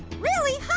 really